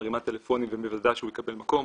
מרימה טלפונים ומוודאת שהוא יקבל מקום.